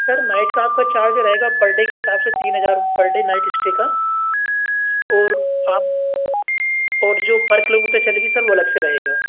sir night का आपका charge रहेगा पर डे के हिसाब से तीन हज़ार पर डे नाईट स्टे का और आप और जो पर किलोमीटर चलेंगे सर वो अलग से रहेगा